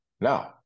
Now